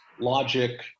logic